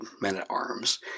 men-at-arms